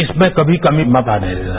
इसमें कभी कोई कभी मत आने देना